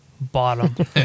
bottom